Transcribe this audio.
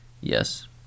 Yes